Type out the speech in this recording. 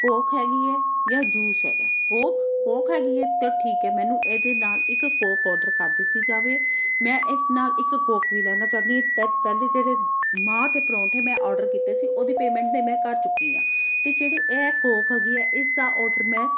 Coke ਹੈਗੀ ਹੈ ਜਾਂ ਜੂਸ ਹੈਗਾ ਕੋਕ ਕੋਕ ਹੈਗੀ ਹੈ ਤਾਂ ਠੀਕ ਹੈ ਮੈਨੂੰ ਇਹਦੇ ਨਾਲ ਇੱਕ ਕੋਕ ਓਡਰ ਕਰ ਦਿੱਤੀ ਜਾਵੇ ਮੈਂ ਇੱਕ ਨਾਲ ਇੱਕ ਕੋਕ ਵੀ ਲੈਣਾ ਚਾਹੁੰਦੀ ਹੈ ਪ ਪਹਿਲੇ ਜਿਹੜੇ ਮਾਂਹ ਅਤੇ ਪਰੌਂਠੇ ਮੈਂ ਆਰਡਰ ਕੀਤੇ ਸੀ ਉਹਦੀ ਪੇਮੈਂਟ ਤਾਂ ਮੈਂ ਕਰ ਚੁੱਕੀ ਹਾਂ ਅਤੇ ਜਿਹੜੇ ਇਹ ਕੋਕ ਹੈਗੀ ਆ ਇਸਦਾ ਓਰਡਰ ਮੈਂ